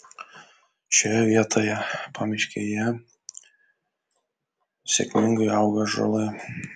šioje vietoje pamiškyje sėkmingai auga ąžuolai